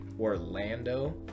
Orlando